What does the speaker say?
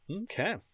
Okay